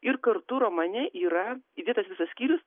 ir kartu romane yra įdėtas visas skyrius